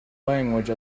language